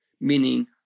meaning